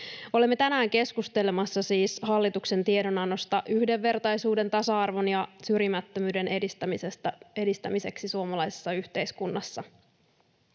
Olemme tänään keskustelemassa siis hallituksen tiedonannosta yhdenvertaisuuden, tasa-arvon ja syrjimättömyyden edistämisestä suomalaisessa yhteiskunnassa.